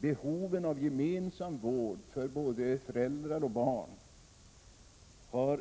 Behovet av gemensam vård för både föräldrar och barn har,